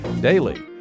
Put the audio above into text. daily